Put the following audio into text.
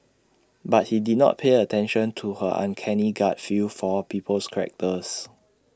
but he did not pay attention to her uncanny gut feel for people's characters